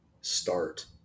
start